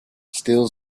still